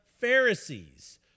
Pharisees